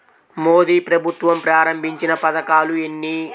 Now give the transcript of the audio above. మోదీ ప్రభుత్వం ప్రారంభించిన పథకాలు ఎన్ని?